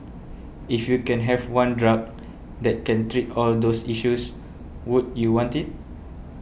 if you can have one drug that can treat all those issues would you want it